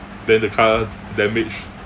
then the car damage